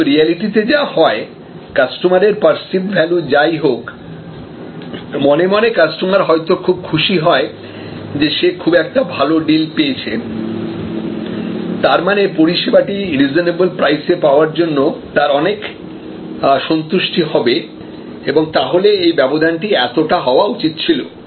কিন্তু রিয়েলিটিতে যা হয় কাস্টমারের পার্সিভড ভ্যালু যাই হোক মনে মনে কাস্টমার হয়তো খুব খুশি হয় যে সে খুব একটা ভালো ডিল পেয়েছে তারমানে পরিষেবাটি রিজেনেবল প্রাইস এর পাওয়ার জন্য তার অনেক সন্তুষ্টি হবে এবং তাহলে এই ব্যবধানটি এতটা হওয়া উচিত ছিল